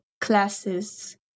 classes